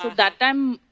that time,